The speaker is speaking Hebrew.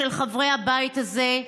של חברי הבית הזה,